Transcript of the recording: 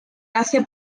hace